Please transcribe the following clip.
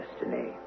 destiny